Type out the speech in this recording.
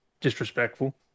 disrespectful